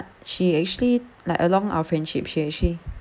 she actually like along our friendship she actually